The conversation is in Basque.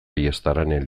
ayestaren